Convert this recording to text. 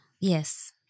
Yes